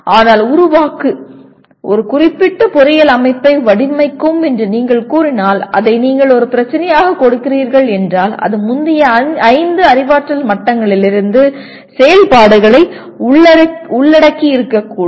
ஆனால் உருவாக்கு ஒரு குறிப்பிட்ட பொறியியல் அமைப்பை வடிவமைக்கவும் என்று நீங்கள் கூறினால் அதை நீங்கள் ஒரு பிரச்சினையாகக் கொடுக்கிறீர்கள் என்றால் அது முந்தைய ஐந்து அறிவாற்றல் மட்டங்களிலிருந்து செயல்பாடுகளை உள்ளடக்கியிருக்கக்கூடும்